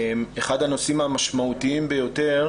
אחד הנושאים המשמעותיים ביותר,